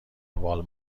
وال